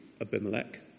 Abimelech